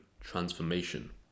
transformation